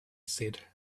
said